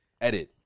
Edit